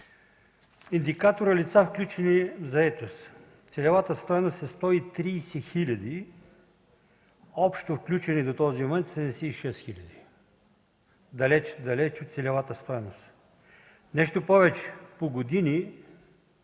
индикатора „лица, включени в заетост”. Целевата стойност е 130 хиляди, общо включени до този момент – 76 хиляди. Далеч, далеч от целевата стойност. Нещо повече, по години